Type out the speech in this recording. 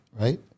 right